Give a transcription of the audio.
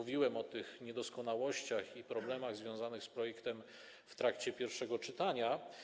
Mówiłem też o tych niedoskonałościach i problemach związanych z projektem w trakcie pierwszego czytania.